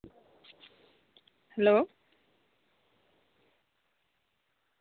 hello